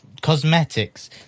cosmetics